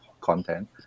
content